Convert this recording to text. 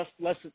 less